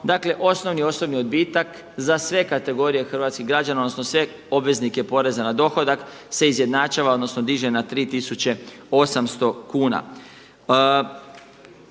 Dakle, osnovni osobni odbitak za sve kategorije hrvatskih građana, odnosno sve obveznike poreza na dohodak se izjednačava, odnosno diže na 3800 kuna.